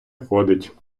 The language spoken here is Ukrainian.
ходить